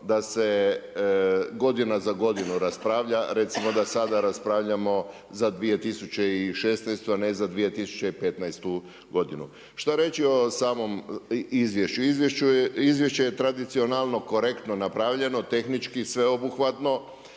da se godina za godinu raspravljam recimo da sada raspravljamo za 2016., a ne za 2015. godinu. Šta reći o samom izvješću? Izvješće je tradicionalno korektno napravljeno, tehnički sveobuhvatno,